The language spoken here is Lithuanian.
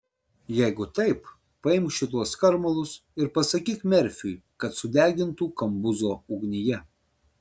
jeigu taip paimk šituos skarmalus ir pasakyk merfiui kad sudegintų kambuzo ugnyje